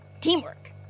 Teamwork